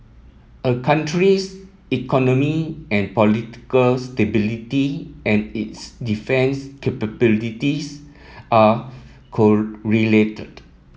a country's economy and political stability and its defence capabilities are correlated